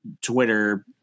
twitter